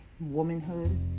womanhood